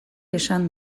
esan